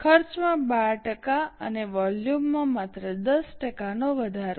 ખર્ચમાં 12 ટકા અને વોલ્યુમમાં માત્ર 10 ટકાનો વધારો